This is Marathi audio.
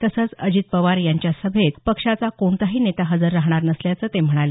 तसंच अजित पवार यांच्या सभेत पक्षाचा कोणताही नेता हजर राहणार नसल्याचं ते म्हणाले